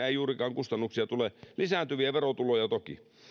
ei juurikaan kustannuksia tule lisääntyviä verotuloja toki